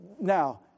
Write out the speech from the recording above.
Now